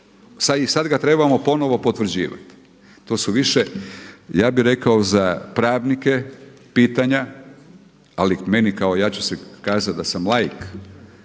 i sad ga trebamo ponovno potvrđivati. To su više ja bih rekao za pravnike pitanja, ali meni kao, ja ću kazati da sam laik,